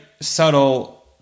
subtle